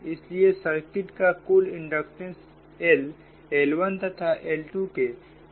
इसलिए सर्किट का कुल इंडक्टेंस LL1 तथा L2 के योग के बराबर होता है